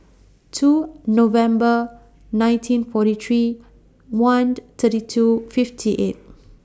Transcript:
two November nineteen forty three one thirty two fifty eight